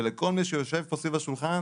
ולכל מי שיושב פה סביב השולחן,